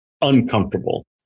uncomfortable